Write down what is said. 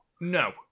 No